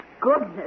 goodness